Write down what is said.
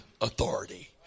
authority